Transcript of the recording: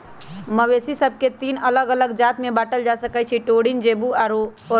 मवेशि सभके तीन अल्लग अल्लग जात में बांटल जा सकइ छै टोरिन, जेबू आऽ ओरोच